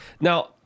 now